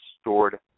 stored